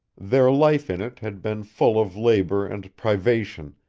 there life in it had been full of labor and privation,